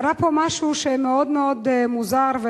קרה פה משהו שהוא מאוד-מאוד מוזר,